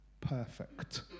perfect